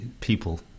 people